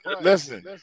listen